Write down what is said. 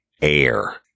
air